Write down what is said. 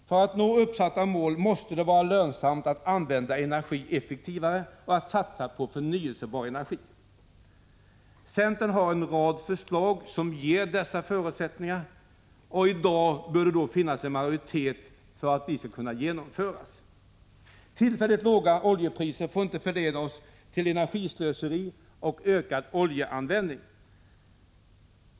För att vi skall nå uppsatta mål måste det vara lönsamt att använda energi effektivare och satsa på förnyelsebar energi. Centern har en rad förslag som ger dessa förutsättningar, och i dag bör det då finnas en majoritet för att dessa förslag skall kunna genomföras. Tillfälligt låga oljepriser får inte förleda oss till energislöseri och ökad oljeanvändning.